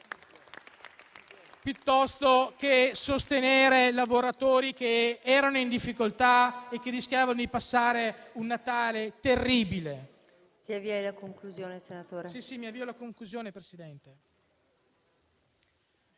piuttosto che sostenere lavoratori in difficoltà e che rischiavano di passare un Natale terribile.